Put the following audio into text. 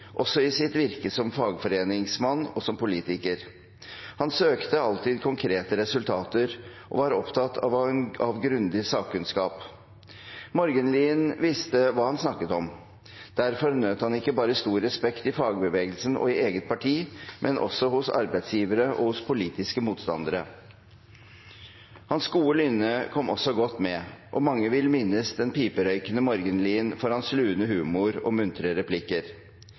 også i sitt virke som fagforeningsmann og politiker. Han søkte alltid konkrete resultater og var opptatt av grundig sakkunnskap. Morgenlien visste hva han snakket om. Derfor nøt han stor respekt ikke bare i fagbevegelsen og eget parti, men også hos arbeidsgivere og hos politiske motstandere. Hans gode lynne kom også godt med, og mange vil minnes den piperøykende Morgenlien for hans lune humor og muntre replikker.